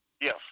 Yes